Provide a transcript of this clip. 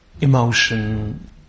emotion